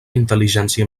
intel·ligència